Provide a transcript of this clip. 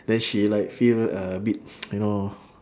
then she like feel a bit you know